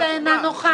מה זה "אינה נוחה"?